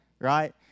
right